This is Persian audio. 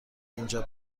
اینجا